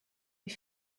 wie